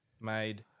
made